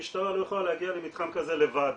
המשטרה לא יכולה להגיע למתחם כזה לבד.